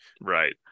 right